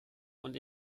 und